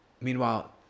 Meanwhile